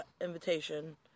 invitation